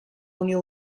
unió